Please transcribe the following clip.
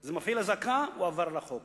זה מפעיל אזעקה והוא עבר על החוק.